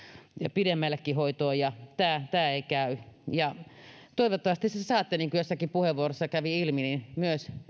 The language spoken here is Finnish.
pidemmällekin hoitoon tämä ei käy toivottavasti te saatte niin kuin jossakin puheenvuorossa kävi ilmi myös